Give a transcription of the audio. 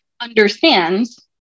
understands